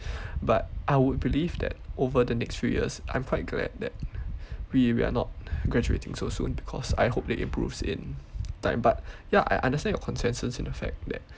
but I would believe that over the next few years I'm quite glad the we we are not graduating so soon because I hope it improves in time but ya I understand your consensus in the fact that